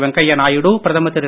வெங்கய்யா நாயுடு பிரதமர் திரு